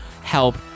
help